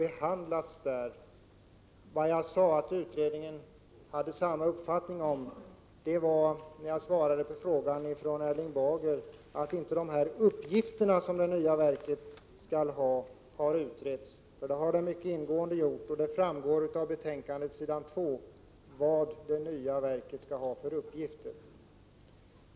Jag har sagt att lokaliseringsfrågan har behandlats i utredningen. Jag sade att utredningen hade samma inställning som majoriteten när jag svarade Erling Bager, som sade att uppgifterna som det nya verket skall ha inte har utretts — de har utretts mycket ingående, och det framgår av s. 2 i betänkandet vad det nya verket skall ha för uppgifter.